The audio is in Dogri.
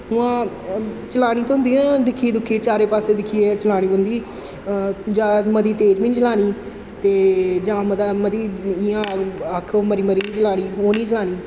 उ'आं चलानी ते होंदियां दिक्खी दुक्खियै चारै पास्सै दिक्खियै चलानी पौंदी जां मती तेज बी निं चलानी ते जां मता मती इ'यां आखो मरी मरी बी निं चलानी ओह् निं चलानी